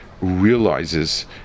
realizes